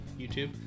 YouTube